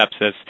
sepsis